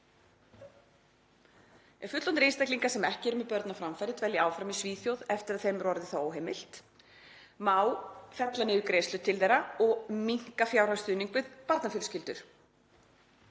Ef fullorðnir einstaklingar sem ekki eru með börn á framfæri dvelja áfram í Svíþjóð eftir að þeim er orðið það óheimilt má fella niður greiðslur til þeirra og minnka fjárhagsstuðning við barnafjölskyldur.